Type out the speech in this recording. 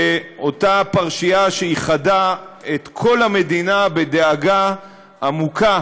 אותה פרשייה שאיחדה את כל המדינה בדאגה עמוקה